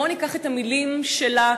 בואו ניקח את המילים שלה,